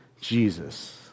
jesus